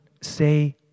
say